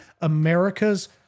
America's